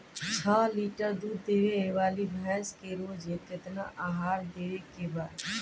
छह लीटर दूध देवे वाली भैंस के रोज केतना आहार देवे के बा?